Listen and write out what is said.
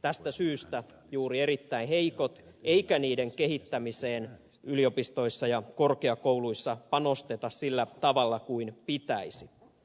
tästä syystä juuri erittäin heikot eikä niiden kehittämiseen yliopistoissa ja korkeakouluissa panosteta sillä tavalla kuin pitäisi